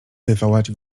wywołać